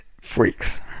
freaks